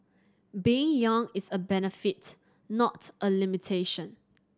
being young is a benefit not a limitation